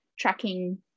tracking